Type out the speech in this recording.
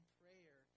prayer